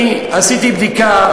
עשיתי בדיקה,